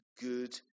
good